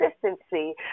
consistency